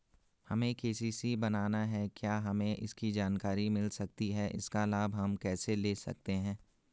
हमें के.सी.सी बनाना है क्या हमें इसकी जानकारी मिल सकती है इसका लाभ हम कैसे ले सकते हैं?